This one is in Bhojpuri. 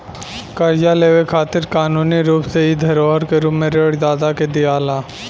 कर्जा लेवे खातिर कानूनी रूप से इ धरोहर के रूप में ऋण दाता के दियाला